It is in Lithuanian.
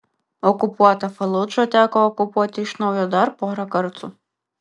okupuotą faludžą teko okupuoti iš naujo dar porą kartų